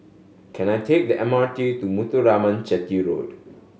can I take the M R T to Muthuraman Chetty Road